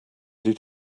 did